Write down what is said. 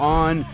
on